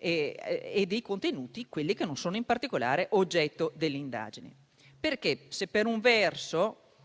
e dei contenuti che non sono particolare oggetto delle indagini. Ciò perché se, per un verso,